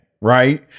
right